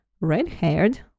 red-haired